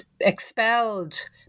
expelled